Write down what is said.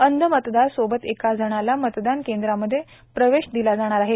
अंध मतदार सोबत एका जणाला मतदान केंद्रांमध्ये प्रवेश दिला जाणार आहे